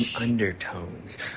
undertones